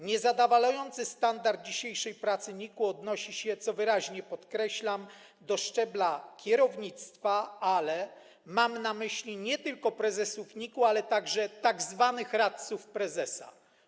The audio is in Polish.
Niezadowalający standard dzisiejszej pracy NIK-u odnosi się, co wyraźnie podkreślam, do szczebla kierownictwa, ale mam na myśli nie tylko prezesów NIK-u, ale także tzw. radców prezesa.